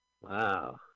Wow